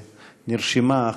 שנרשמה,